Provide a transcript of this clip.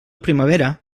primavera